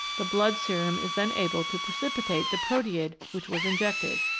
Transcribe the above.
the blood serum is then able to precipitate the proteid which was injected,